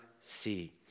see